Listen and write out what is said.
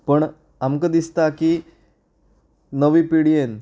पण आमकां दिसता की नवी पिडयेन